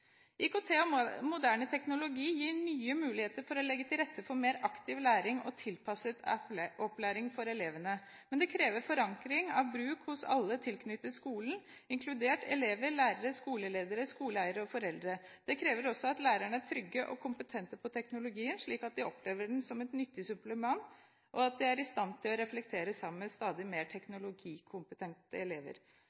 IKT og moderne teknologi gir nye muligheter for å legge til rette for mer aktiv læring og tilpasset opplæring for elevene. Men det krever forankring av bruk hos alle tilknyttet skolen, inkludert elever, lærere, skoleledere, skoleeiere og foreldre. Det krever også at lærerne er trygge på og kompetente når det gjelder teknologien, slik at de opplever den som et nyttig supplement, og at de er i stand til å reflektere sammen med stadig mer